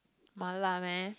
mala meh